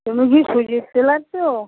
তুমি কি সুজিত টেলার তো